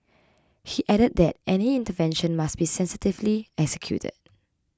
he added that any intervention must be sensitively executed